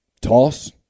toss